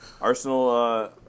Arsenal